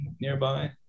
nearby